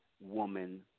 woman